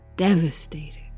Devastated